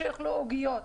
שיאכלו עוגות.